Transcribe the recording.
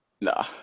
Nah